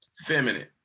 feminine